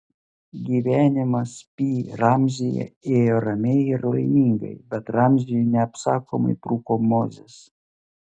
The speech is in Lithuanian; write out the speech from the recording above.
gyvenimas pi ramzyje ėjo ramiai ir laimingai bet ramziui neapsakomai trūko mozės